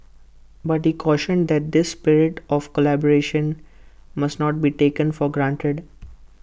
but he cautioned that this spirit of collaboration must not be taken for granted